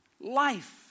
Life